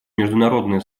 международное